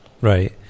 Right